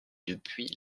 depuis